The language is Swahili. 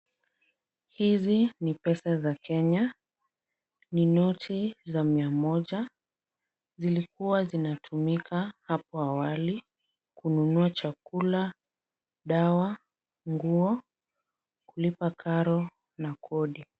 Hizi ni pesa za Kenya. Ni noti za mia moja. Zilikuwa zinatumika hapo awali kununua chakula, dawa, nguo, kulipa karo na kodi.